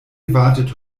wartet